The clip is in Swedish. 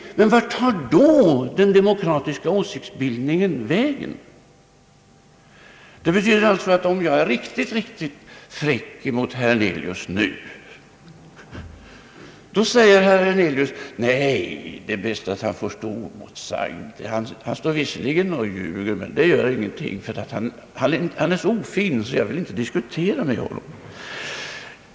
Men vart tar då den demokratiska åsiktsbildningen vägen? Det betyder alltså, att om jag är riktigt fräck mot herr Hernelius nu så säger herr Hernelius: Det är bäst att Erlander får stå oemotsagd; han står visserligen och ljuger, men det gör ingenting, för han är så ofin att jag inte vill disktuera med honom.